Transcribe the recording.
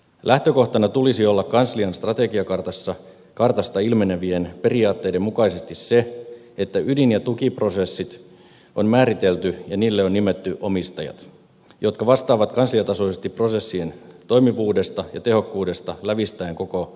lähtökohtana tulisi olla kanslian strategiakartasta ilmenevien periaatteiden mukaisesti se että ydin ja tukiprosessit on määritelty ja niille on nimetty omistajat jotka vastaavat kansliatasoisesti prosessien toimivuudesta ja tehokkuudesta lävistäen koko kanslian organisaation